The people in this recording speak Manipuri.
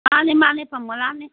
ꯃꯥꯅꯦ ꯃꯥꯅꯦ ꯐꯪꯉꯣꯂꯥꯅꯦ